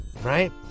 Right